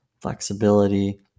flexibility